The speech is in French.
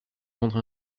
rendre